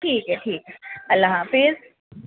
ٹھیک ہے ٹھیک ہے اللہ حافظ